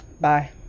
Bye